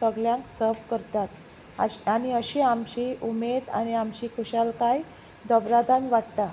सगळ्यांक सर्व करतात आनी अशी आमची उमेद आनी आमची खुशालकाय दोबरदान वाडटा